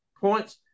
points